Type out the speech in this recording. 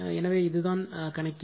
எனவே இதுதான் கணக்கீடு